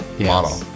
model